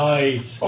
Right